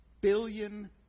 billion